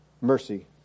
mercy